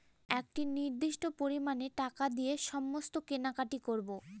একটি নির্দিষ্ট পরিমানে টাকা দিয়ে সমস্ত কেনাকাটি করবো